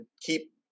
keep